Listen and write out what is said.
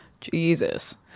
Jesus